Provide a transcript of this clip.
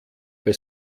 bei